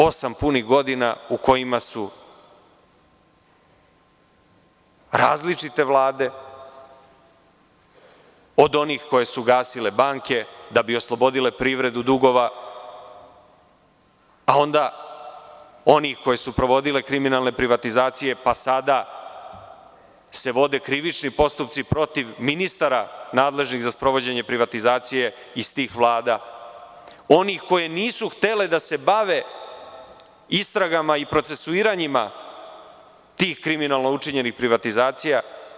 Osam punih godina u kojima su različite Vlade, od onih koje su gasile banke, da bi oslobodile privredu dugova, a onda oni koje su provodile kriminalne privatizacije, pa sada se vode krivični postupci protiv ministara nadležnih za sprovođenje privatizacije iz tih Vlada, onih koje nisu htele da se bave istragama i procesuiranjima tih kriminalno učinjenih privatizacija.